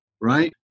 right